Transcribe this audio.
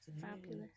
fabulous